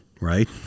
right